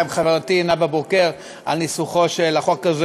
עם חברתי נאוה בוקר על ניסוחו של החוק הזה.